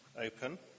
open